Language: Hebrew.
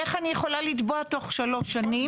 איך אני יכולה לתבוע תוך שלוש שנים